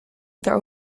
their